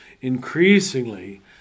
increasingly